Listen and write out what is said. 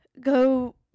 go